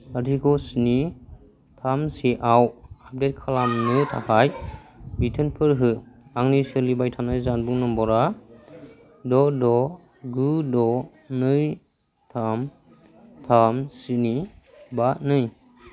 लाथिख' स्नि थाम सेआव आपडेट खालामनो थाखाय बिथोनफोर हो आंनि सोलिबाय थानाय जानबुं नम्बरआ द' द' गु द' नै थाम थाम स्नि बा नै